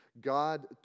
God